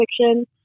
fiction